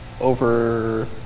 over